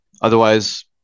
otherwise